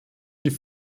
die